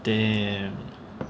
damn